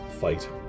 fight